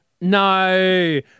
No